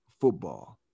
football